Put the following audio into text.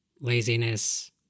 laziness